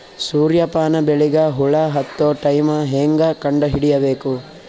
ಸೂರ್ಯ ಪಾನ ಬೆಳಿಗ ಹುಳ ಹತ್ತೊ ಟೈಮ ಹೇಂಗ ಕಂಡ ಹಿಡಿಯಬೇಕು?